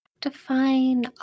Define